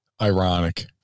ironic